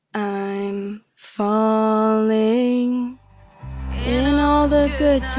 i'm falling in and all the good